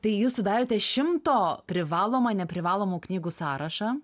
tai jūs sudarėte šimto privalomą neprivalomų knygų sąrašą